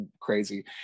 crazy